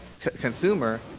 consumer